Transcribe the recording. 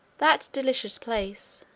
that delicious place,